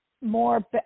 more –